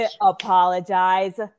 Apologize